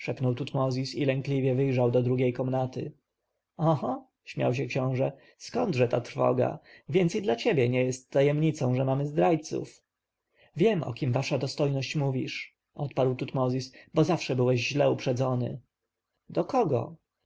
tutmozis i lękliwie wyjrzał do drugiej komnaty oho śmiał się książę skądże ta trwoga więc i dla ciebie nie jest tajemnicą że mamy zdrajców wiem o kim wasza dostojność mówisz odparł tutmozis bo zawsze byłeś źle uprzedzony do kogo